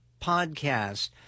podcast